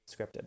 scripted